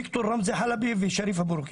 ד"ר רמזי חלבי ושריף אבו רקן,